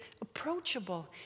approachable